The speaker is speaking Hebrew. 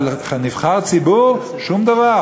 אבל נבחר ציבור, שום דבר.